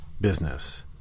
business